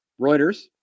Reuters